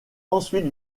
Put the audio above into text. ensuite